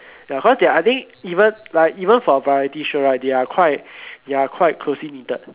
ya cause their I think even like even for variety show right they are quite they are quite closely knitted